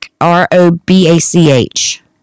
R-O-B-A-C-H